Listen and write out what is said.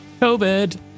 COVID